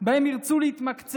שבהם העולים ירצו להתמקצע,